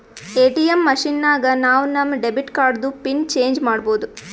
ATM machine ನಾಗ್ ನಾವ್ ನಮ್ ಡೆಬಿಟ್ ಕಾರ್ಡ್ದು ಪಿನ್ ಚೇಂಜ್ ಮಾಡ್ಬೋದು